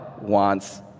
wants